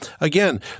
again